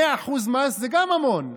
100% מס זה גם המון.